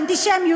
אנטישמיות,